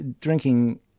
drinking